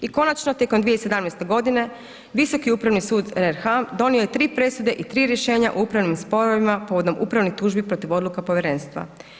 I konačno tijekom 2017. godine Visoki upravni sud RH donio je 3 presude i 3 rješenja u upravnim sporovima povodom upravnih tužbi protiv odluka povjerenstva.